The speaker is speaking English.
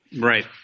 Right